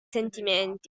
sentimenti